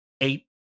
eight